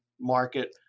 market